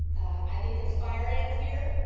i think there's fire ants here.